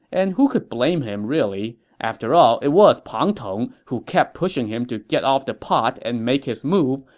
and who can blame him, really? after all, it was pang tong who kept pushing him to get off the pot and make his move,